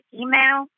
email